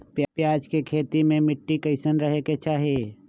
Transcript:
प्याज के खेती मे मिट्टी कैसन रहे के चाही?